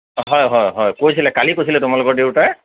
অ হয় হয় হয় কৈছিলে কালি কৈছিলে তোমালোকৰ দেউতায়ে